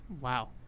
Wow